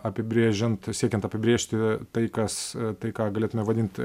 apibrėžiant siekiant apibrėžti tai kas tai ką galėtume vadint